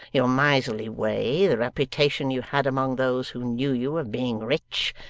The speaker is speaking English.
your miserly way, the reputation you had among those who knew you of being rich,